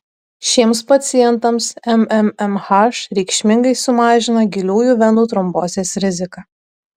šiems pacientams mmmh reikšmingai sumažina giliųjų venų trombozės riziką